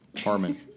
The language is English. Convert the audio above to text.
Harmon